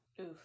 Oof